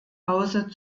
hause